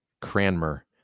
Cranmer